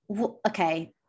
okay